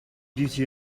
beauty